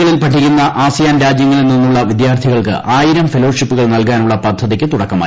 കളിൽ പഠിക്കുന്ന ആസിയാൻ രാജ്യങ്ങളിൽ നിന്നുള്ള വിദ്യാർത്ഥീകൾക്ക് ആയിരം ഫെലോഷിപ്പുകൾ നൽകാനുള്ള പദ്ധതിക്ക് തുടക്കമായി